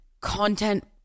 content